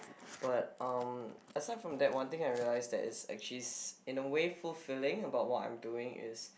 but um aside from that one thing I realize that it's actually in a way fulfilling about what I'm doing is